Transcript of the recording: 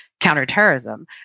counterterrorism